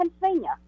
Pennsylvania